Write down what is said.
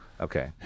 Okay